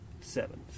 Seven